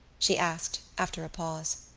she asked, after a pause.